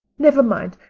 never mind,